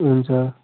हुन्छ